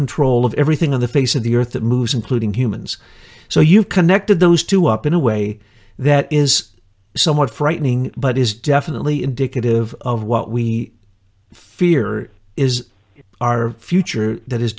control of everything on the face of the earth that moves including humans so you connected those two up in a way that is somewhat frightening but is definitely indicative of what we fear is our future that is